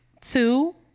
two